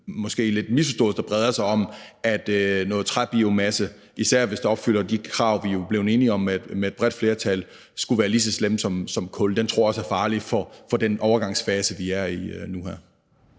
måske lidt af en misforståelse om, at noget træbiomasse – især hvis det opfylder de krav, vi jo er blevet enige om med et bredt flertal – skulle være lige så slemt som kul. Det tror jeg også er farligt for den overgangsfase, vi er i nu her.